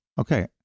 okay